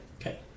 Okay